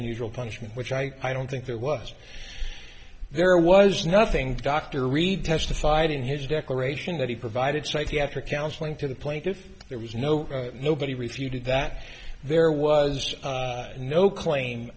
unusual punishment which i don't think there was there was nothing dr reed testified in his declaration that he provided psychiatric counseling to the plaintiff there was no nobody refuted that there was no claim